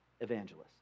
evangelists